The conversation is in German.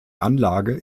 anlage